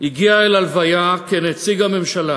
הגיע אל הלוויה כנציג הממשלה